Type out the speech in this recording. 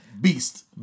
Beast